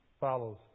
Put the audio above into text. follows